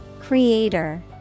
Creator